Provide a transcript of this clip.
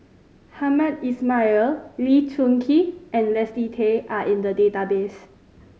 Hamed Ismail Lee Choon Kee and Leslie Tay are in the database